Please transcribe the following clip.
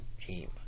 team